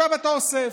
ועכשיו אתה אוסף,